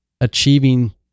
achieving